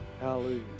Hallelujah